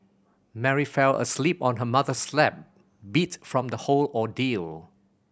Mary fell asleep on her mother's lap beat from the whole ordeal